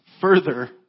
further